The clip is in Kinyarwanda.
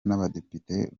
n’abadepite